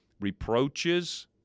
Reproaches